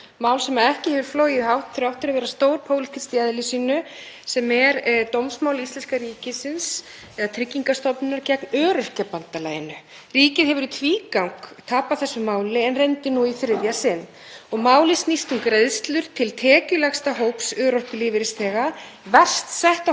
Ríkið hefur í tvígang tapað þessu máli en reyndi nú í þriðja sinn. Málið snýst um greiðslur til tekjulægsta hóps örorkulífeyrisþega, verst setta hópsins sem þiggur sérstaka framfærsluuppbót, fólk sem hefur tekjur undir framfærsluviðmiði laganna, málið snýst um rétt ríkisins til að skerða þessa sérstöku uppbót.